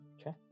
Okay